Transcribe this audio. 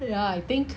ya I think